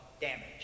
damage